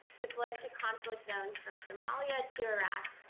deployed to conflict zones from somalia to iraq.